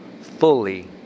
fully